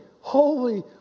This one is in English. holy